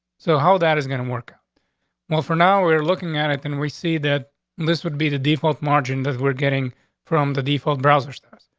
so how that is gonna work? well, for now, we're looking at it. then we see that this would be the default margin that we're getting from the default browser starts.